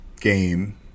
game